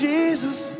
Jesus